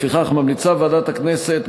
לפיכך ממליצה ועדת הכנסת,